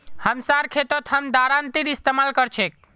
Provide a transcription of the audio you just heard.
हमसार खेतत हम दरांतीर इस्तेमाल कर छेक